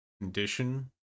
condition